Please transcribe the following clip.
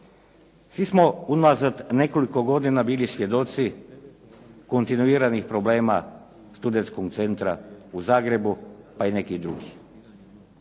Svi smo unazad nekoliko godina bili svjedoci kontinuiranih problema Studentskog centra u Zagrebu, pa i nekih drugih.